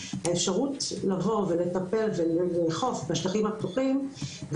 האפשרות לבוא ולטפל ולאכוף בשטחים הפתוחים זה